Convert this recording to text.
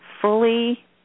fully